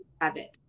habit